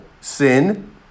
Sin